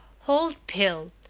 old pill!